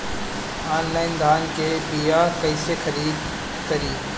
Online धान के बीया कइसे खरीद करी?